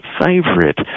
favorite